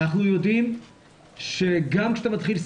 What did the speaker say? אנחנו יודעים שגם כשאתה מתחיל סגר,